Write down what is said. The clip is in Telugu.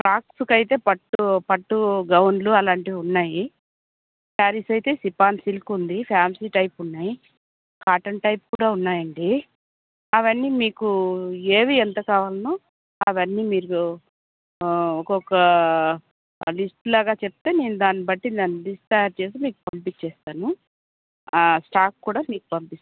ఫ్రాక్స్కైతే పట్టు పట్టు గౌన్లు అలాంటివి ఉన్నాయి శారీస్ అయితే షిఫాన్ సిల్క్ ఉంది ఫాన్సీ టైప్ ఉన్నాయి కాటన్ టైప్ కూడా ఉన్నాయండి అవన్నీ మీకు ఏవి ఎంత కావాలో అవన్నీ మీరు ఒకొక్క లిస్ట్ లాగా చెప్తే నేను దాన్నిబట్టి దాన్ని లిస్ట్ తయారుచేసి మీకు పంపించేస్తాను స్టాక్ కూడా మీకు పంపిస్తాను